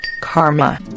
karma